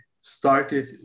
started